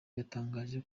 yatangaje